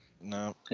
No